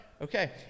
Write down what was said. okay